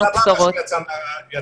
לא, זה סבבה שהוא יצא מהקבינט.